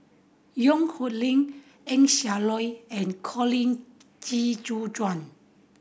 Yong Nyuk Lin Eng Siak Loy and Colin Qi Zhe Quan